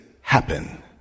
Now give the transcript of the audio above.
happen